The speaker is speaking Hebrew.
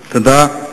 תודה.